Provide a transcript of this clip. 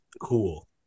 Cool